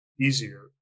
easier